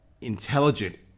intelligent